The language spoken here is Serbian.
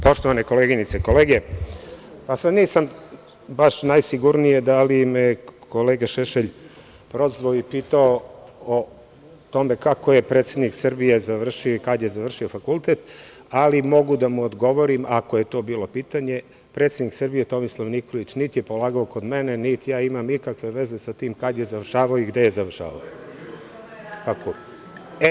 Poštovane koleginice i kolege, nije sad baš najsigurnije da li me je kolega Šešelj prozvao i pitao o tome kako je predsednik Srbije završio i kada je završio fakultet, ali mogu da mu odgovorim, ako je to bilo pitanje – predsednik Srbije Tomislav Nikolić niti je polagao kod mene, niti ja imam ikakve veze sa tim kada je završavao i gde je završavao fakultet.